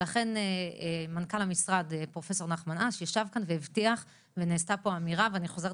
לכן מנכ"ל המשרד פרופ' נחמן אש ישב כאן והבטיח והייתה אמירה שאני חוזרת